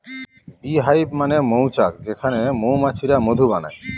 bee hive মানে মৌচাক যেখানে মৌমাছিরা মধু বানায়